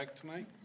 tonight